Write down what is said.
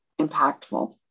impactful